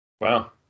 Wow